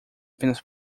apenas